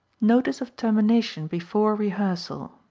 notice of termination before rehearsal